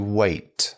wait